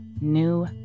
new